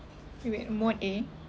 eh wait in mode A